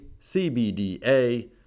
CBDA